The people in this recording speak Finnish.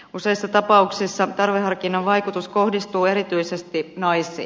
useissa tapauksissa tarveharkinnan vaikutus kohdistuu erityisesti naisiin